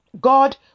God